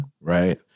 right